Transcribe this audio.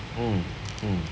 hmm hmm